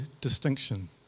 distinction